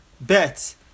Bet